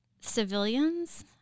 civilians